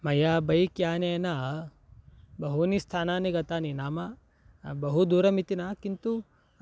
मया बैक्यानेन बहूनि स्थानानि गतानि नाम बहु दूरमिति न किन्तु